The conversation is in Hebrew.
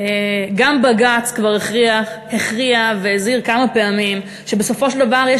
גם בג"ץ כבר הכריע והזהיר כמה פעמים שבסופו של דבר יש